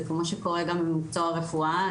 זה מה שקורה גם במקצוע הרפואה.